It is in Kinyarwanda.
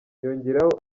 yongeraho